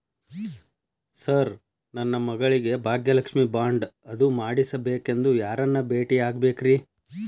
Sir ನನ್ನ ಮಗಳಿಗೆ Bhagyalakshmi bond ಅದು ಮಾಡಿಸಬೇಕೆಂದು ಯಾರನ್ನ ಭೇಟಿಯಾಗಬೇಕ್ರಿ?